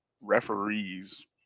referees